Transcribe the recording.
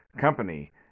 company